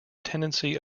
tendency